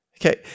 Okay